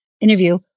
interview